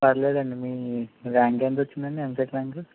పర్లేదండి మీ ర్యాంక్ ఎంత వచ్చిందండి ఎంసెట్ ర్యాంకు